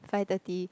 five thirty